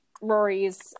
Rory's